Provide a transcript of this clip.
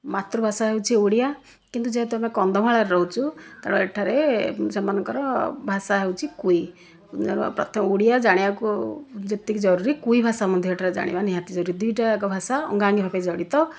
ମାତୃଭାଷା ହେଉଛି ଓଡ଼ିଆ କିନ୍ତୁ ଯେହେତୁ ଆମେ କନ୍ଧମାଳରେ ରହୁଛୁ ତେଣୁ ଏଠାରେ ସେମାନଙ୍କର ଭାଷା ହେଉଛି କୁଇ ପ୍ରଥମ ଓଡ଼ିଆ ଜାଣିବାକୁ ଯେତିକି ଜରୁରୀ କୁଇ ଭାଷା ମଧ୍ୟ ଏଠାରେ ଜାଣିବା ନିହାତି ଜରୁରୀ ଦୁଇଟା ଯାକ ଭାଷା ଅଙ୍ଗାଅଙ୍ଗୀ ଭାବେ ଜଡ଼ିତ